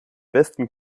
besten